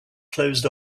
closed